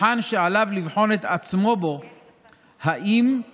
רואה את הניצוץ ואת האכפתיות ואת הרצון של מישהו לעשות משהו אמיתי למען